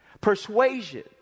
Persuasion